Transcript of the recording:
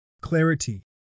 clarity